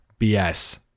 bs